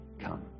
come